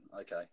okay